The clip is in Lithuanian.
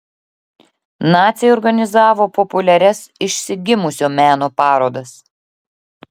naciai organizuodavo populiarias išsigimusio meno parodas